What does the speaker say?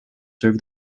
serve